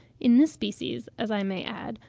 in this species, as i may add,